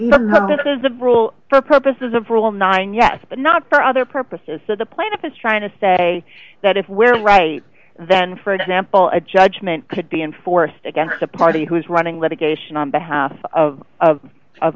because the rule for purposes of rule nine yes but not for other purposes so the plaintiff is trying to say that if we're right then for example a judgment could be enforced against a party who is running litigation on behalf of of of